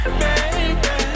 baby